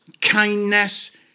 kindness